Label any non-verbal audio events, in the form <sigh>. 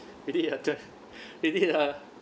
we did a turn <laughs> we did ah